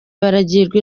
baragirwa